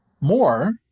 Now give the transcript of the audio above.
more